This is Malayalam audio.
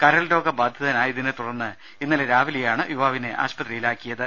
കരൾ രോഗ ബാധിതനായതിനെതുടർന്ന് ഇന്നലെ രാവിലെയാണ് യുവാവിനെ ആശുപത്രിയിലാക്കിയത്